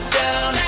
down